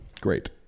Great